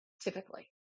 typically